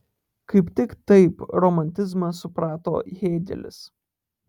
kaip tik taip romantizmą suprato hėgelis